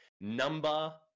number